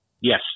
Yes